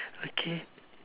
okay